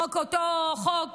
אותו חוק